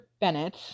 bennett